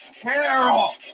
Carol